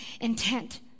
intent